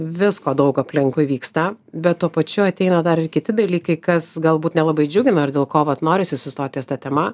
visko daug aplinkui vyksta bet tuo pačiu ateina dar ir kiti dalykai kas galbūt nelabai džiugina ir dėl ko vat norisi sustot ties ta tema